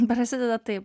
prasideda taip